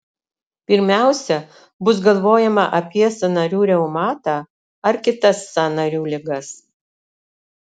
pirmiausia bus galvojama apie sąnarių reumatą ar kitas sąnarių ligas